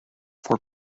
for